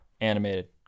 animated